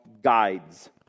guides